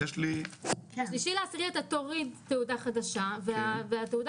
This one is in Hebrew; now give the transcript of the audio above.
מה-3 באוקטובר אתה תוריד תעודה חדשה והתעודה